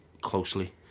closely